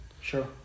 Sure